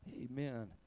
Amen